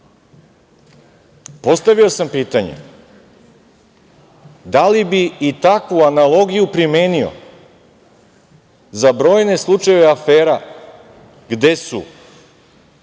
postavio sam pitanje - da li bi i takvu analogiju primenio za brojne slučajeve afera gde su